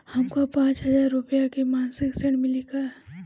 हमका पांच हज़ार रूपया के मासिक ऋण मिली का?